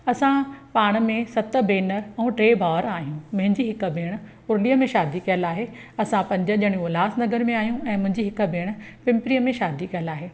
असां पाण में सत भेनरूं ऐं टे भावर आहियूं मुंहिंजी हिकु भेण उरलीअ में शादी कयल आहे असां पंज ॼणियूं उल्हासनगर में आहियूं ऐं मुंहिंजी हिक भेण पिंपरीअ में शादी कयल आहे